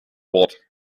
wort